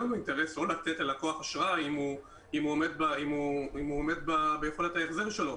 אין לנו אינטרס לא לתת ללקוח אשראי אם הוא עומד ביכולת ההחזר שלו.